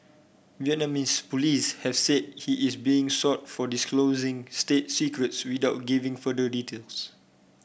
Vietnamese police have said he is being sought for disclosing state secrets without giving further details